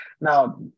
Now